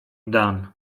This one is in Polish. dan